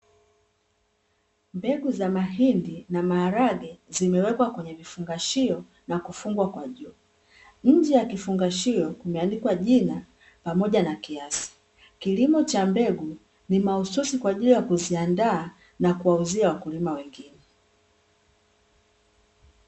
Mbegu za mahindi na maharage zimewekwa kwenye vifungashio na kufungwa kwa juu. Nje ya kifungashio kumeandikwa jina pamoja na kiasi. Kilimo cha mbegu ni mahususi kwa ajili ya kuziandaa na kuwauzia wakulima wengine.